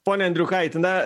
pone andriukaiti na